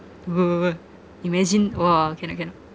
!whoa! imagine !wah! cannot cannot